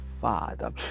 father